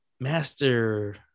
master